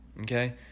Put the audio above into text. Okay